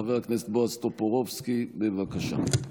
חבר הכנסת בועז טופורובסקי, בבקשה.